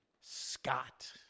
Scott